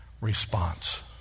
response